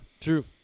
true